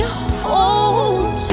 hold